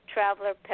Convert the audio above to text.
Traveler